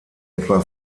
etwa